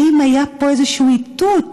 האם היה פה איזשהו איתות?